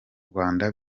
rwanda